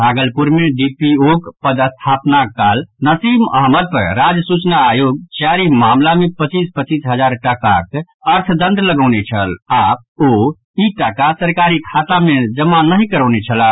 भागलपुर मे डीपीओक पदस्थापनाक काल नसीम अहमद पर राज्य सूचना आयोग चारि मामिला मे पच्चीस पच्चीस हजार टाकाक अर्थदंड लगौने छल आओर ओ ई टाका सरकारी खाता मे जमा नहि करौने छलाह